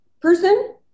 person